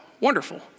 Wonderful